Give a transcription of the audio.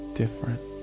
different